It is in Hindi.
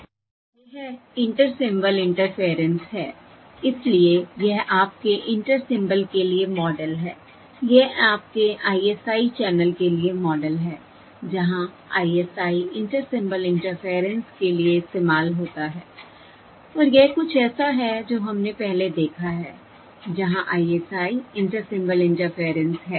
यह इंटर सिंबल इंटरफेयरेंस है इसलिए यह आपके इंटर सिंबल के लिए मॉडल है यह आपके ISI चैनल के लिए मॉडल है जहां ISI इंटर सिंबल इंटरफेयरेंस के लिए इस्तेमाल होता है और यह कुछ ऐसा है जो हमने पहले देखा है जहां ISI इंटर सिंबल इंटरफेयरेंस है